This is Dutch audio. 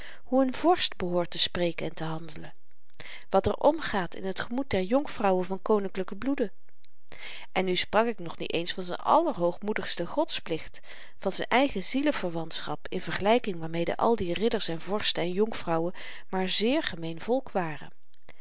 hoe n vorst behoort te spreken en te handelen wat er omgaat in t gemoed der jonkvrouwen van koninklyken bloede en nu sprak ik nog niet eens van z'n allerhoogmoedigsten godsplicht van z'n eigen zieleverwantschap in vergelyking waarmede al die ridders en vorsten en jonkvrouwen maar zeer gemeen volk waren